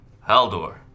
Haldor